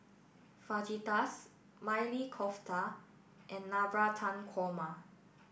Fajitas Maili Kofta and Navratan Korma